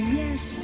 yes